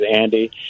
Andy